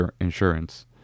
insurance